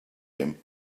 him